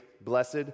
blessed